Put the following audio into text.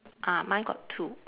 ah mine got two